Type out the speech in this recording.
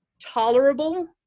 tolerable